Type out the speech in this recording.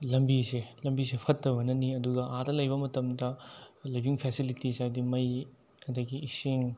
ꯂꯝꯕꯤꯁꯦ ꯂꯝꯕꯤꯁꯦ ꯐꯠꯇꯕꯅꯅꯤ ꯑꯗꯨꯒ ꯑꯗ ꯂꯩꯕ ꯃꯇꯝꯗ ꯑꯩꯈꯣꯏ ꯂꯤꯕꯤꯡ ꯐꯦꯁꯤꯂꯤꯇꯤꯁ ꯍꯥꯏꯕꯗꯤ ꯃꯩꯒꯤ ꯑꯗꯒꯤ ꯏꯁꯤꯡ